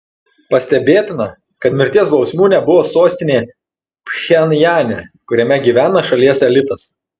pastebėtina kad mirties bausmių nebuvo sostinėje pchenjane kuriame gyvena šalies elitas